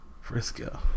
Frisco